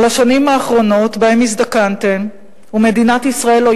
על השנים האחרונות שבהן הזדקנתם ומדינת ישראל לא